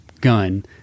gun